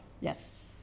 Yes